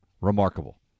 remarkable